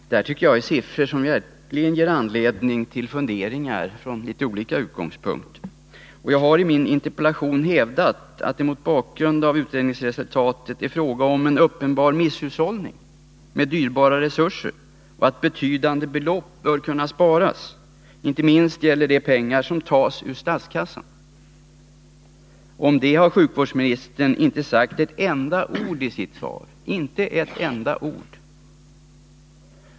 Dessa siffror ger verkligen anledning till funderingar från litet olika utgångspunkter. Jag har i min interpellation hävdat att det mot bakgrund av utredningsresultatet måste sägas vara fråga om en uppenbar misshushållning med dyrbara resurser och att betydande belopp bör kunna sparas. Inte minst gäller det pengar som tas ur statskassan. Om det här har sjukvårdsministern inte sagt ett enda ord i sitt svar.